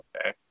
okay